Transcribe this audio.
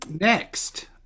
next